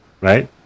right